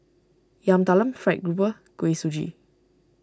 Yam Talam Fried Grouper Kuih Suji